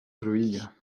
cruïlla